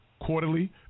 quarterly